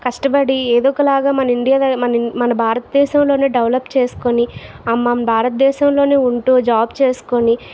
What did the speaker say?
కష్టపడి ఏదో ఒకలాగా మన ఇండియా మన భారతదేశంలోనే డెవలప్ చేసుకుని మన భారతదేశంలోనే ఉంటూ జాబ్ చేసుకుని